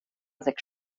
sechs